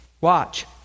watch